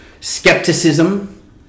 skepticism